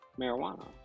marijuana